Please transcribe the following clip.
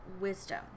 wisdom